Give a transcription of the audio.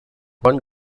one